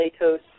Latos